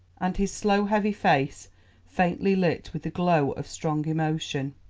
and his slow heavy face faintly lit with the glow of strong emotion.